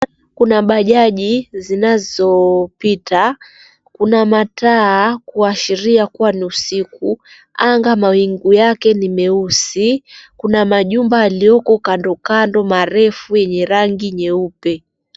Kuna bajaji zinazopita, kuna mataa kuashiria kuwa ni usiku. Anga, mawingu yake ni meusi, kuna majumba marefu yalioko kando kando, yenye rangi nyeupe.